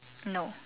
no